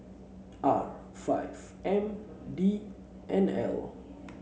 R five M D N L